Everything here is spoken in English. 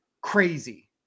crazy